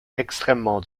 extrêmement